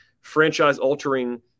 franchise-altering